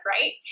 right